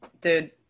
Dude